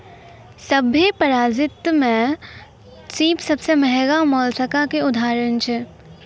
सभ्भे परजाति में सिप सबसें महगा मोलसका के उदाहरण छै